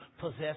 possess